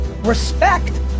Respect